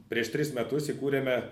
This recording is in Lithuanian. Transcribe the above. prieš tris metus įkūrėme